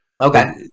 Okay